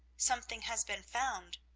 something has been found.